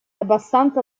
abbastanza